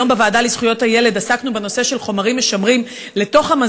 היום בוועדה לזכויות הילד עסקנו בנושא של חומרים משמרים במזון.